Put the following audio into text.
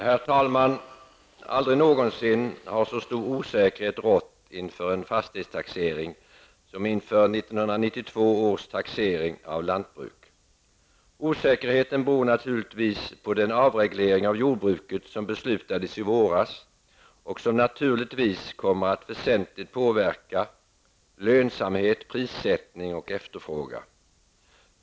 Herr talman! Aldrig någonsin har så stor osäkerhet rått inför en fastighetstaxering som inför 1992 års taxering av lantbruk. Osäkerheten beror naturligtvis på den avreglering av jordbruket som beslutades i våras och som kommer att väsentligt påverka lönsamhet, prissättning och efterfrågan.